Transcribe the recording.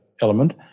element